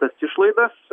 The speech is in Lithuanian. tas išlaidas